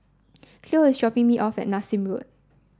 Cleo is dropping me off at Nassim Road